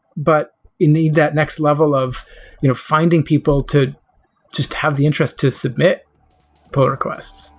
but you need that next level of you know finding people to just have the interest to submit poll requests.